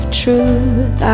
truth